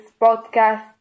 podcast